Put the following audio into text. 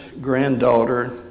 granddaughter